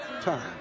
time